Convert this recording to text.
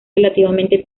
relativamente